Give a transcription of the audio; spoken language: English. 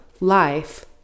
life